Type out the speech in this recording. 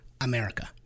America